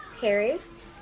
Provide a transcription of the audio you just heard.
Paris